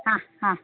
ആ ആ